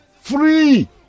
free